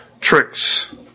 tricks